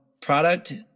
product